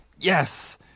yes